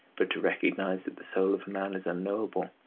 but to recognise that the soul of a man is unknowable,